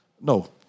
No